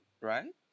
right